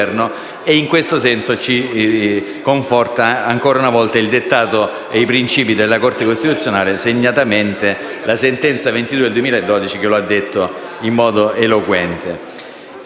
In questo senso ci confortano ancora una volta il dettato e i principi della Corte costituzionale, e segnatamente la sentenza n. 22 del 2012 che lo ha enunciato in modo eloquente.